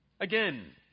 Again